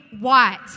white